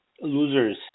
losers